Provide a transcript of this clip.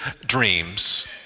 dreams